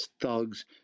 thugs